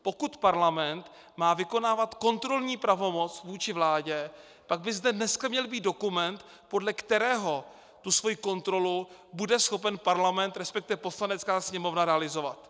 Pokud parlament má vykonávat kontrolní pravomoc vůči vládě, pak by zde dneska měl být dokument, podle kterého tu svoji kontrolu bude schopen parlament, resp. Poslanecká sněmovna realizovat.